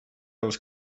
dels